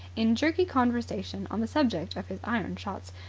in jerky conversation on the subject of his iron-shots,